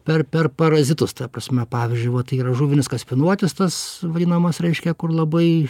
per per parazitus ta prasme pavyzdžiui vat tai yra žuvinis kaspinuotis tas vadinamas raiškia kur labai